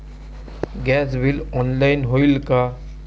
Gas bill online होईल का?